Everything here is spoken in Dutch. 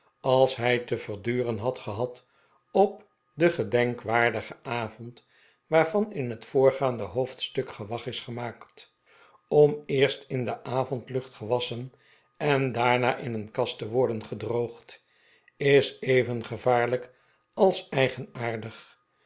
als hij te verduren had gehad op den gedenkwaardigeh avond waarvan in het voorgaande hoofdstuk gewag is gemaakt om eerst in de avondlucht gewasschen en daarna in een kast te worden gedroogd is even gevaarlijk als